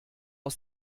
aus